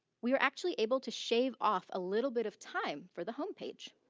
we were actually able to shave off a little bit of time for the homepage.